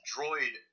Droid